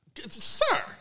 Sir